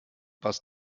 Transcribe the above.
was